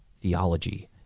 theology